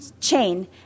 chain